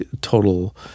total